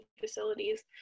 facilities